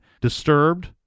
disturbed